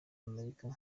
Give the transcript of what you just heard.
amerika